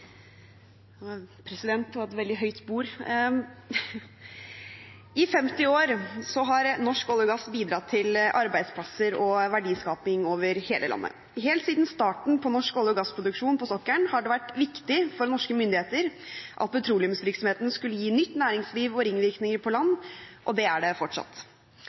taletid på inntil 3 minutter. – Det anses vedtatt. I 50 år har norsk olje og gass bidratt til arbeidsplasser og verdiskaping over hele landet. Helt siden starten på norsk olje- og gassproduksjon på sokkelen har det vært viktig for norske myndigheter at petroleumsvirksomheten skulle gi nytt næringsliv og ringvirkninger på land, og det er det fortsatt.